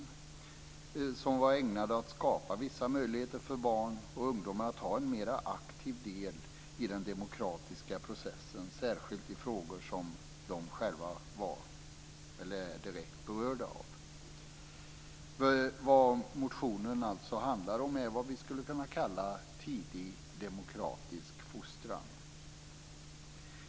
Dessa förslag var ägnade att skapa vissa möjligheter för barn och ungdomar att ta en mer aktiv del i den demokratiska processen, särskilt i frågor som de själva är direkt berörda av. Motionen handlar alltså om något som vi skulle kunna kalla tidig demokratisk fostran.